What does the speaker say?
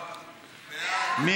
התשע"ח 2018. הצבעה, חברים.